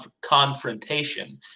confrontation